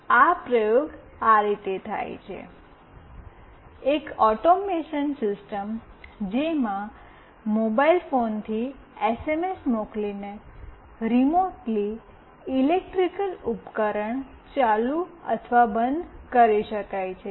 આ પ્રયોગ આ રીતે થાય છે એક ઓટોમેશન સિસ્ટમ જેમાં મોબાઇલ ફોનથી એસએમએસ મોકલીને રિમોટલી ઇલેક્ટ્રિક ઉપકરણ ચાલુ અથવા બંધ કરી શકાય છે